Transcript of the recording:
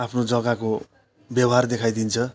आफ्नो जग्गाको व्यवहार देखाइदिन्छ